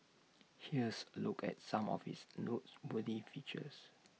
here's A look at some of its noteworthy features